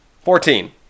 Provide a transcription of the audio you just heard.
Fourteen